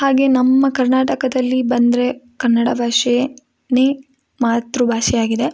ಹಾಗೆ ನಮ್ಮ ಕರ್ನಾಟಕದಲ್ಲಿ ಬಂದರೆ ಕನ್ನಡ ಭಾಷೆಯೇ ನೆ ಮಾತೃ ಭಾಷೆ ಆಗಿದೆ